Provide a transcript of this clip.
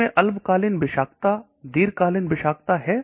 इसमें अल्पकालीन विषाक्तता दीर्घकालिक विषाक्तता है